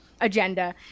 agenda